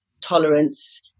tolerance